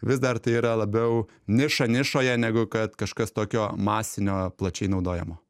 vis dar tai yra labiau niša nišoje negu kad kažkas tokio masinio plačiai naudojamo